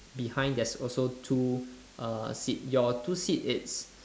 behind there's also two uh seat your two seat it's